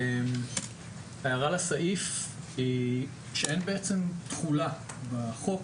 הערה לסעיף שאין בעצם תכולה בחוק